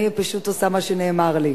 אני פשוט עושה מה שנאמר לי.